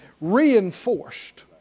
Reinforced